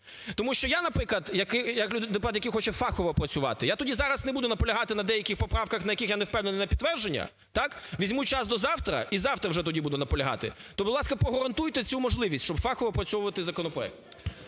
Тому що я, наприклад, як депутат, який хоче фахово працювати, я тоді зараз не буду наполягати на деяких поправках, на яких я не впевнений, на підтвердження, так, візьму час до завтра і завтра вже тоді буду наполягати. То, будь ласка, погарантуйте цю можливість, щоб фахово опрацьовувати законопроект.